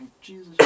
Jesus